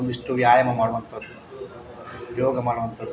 ಒಂದಿಷ್ಟು ವ್ಯಾಯಾಮ ಮಾಡುವಂಥದ್ದು ಯೋಗ ಮಾಡುವಂಥದ್ದು